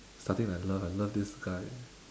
starting I love I love this guy